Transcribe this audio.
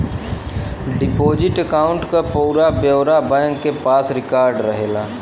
deposit account क पूरा ब्यौरा बैंक के पास रिकार्ड रहला